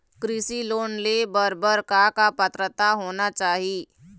कृषि लोन ले बर बर का का पात्रता होना चाही?